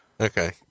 Okay